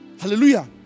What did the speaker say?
Hallelujah